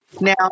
Now